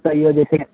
तैओ जेथिन